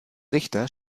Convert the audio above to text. richter